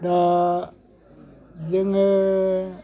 दा जोङो